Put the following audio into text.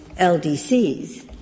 LDCs